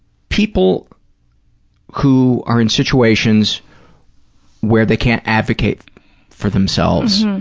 people who are in situations where they can't advocate for themselves,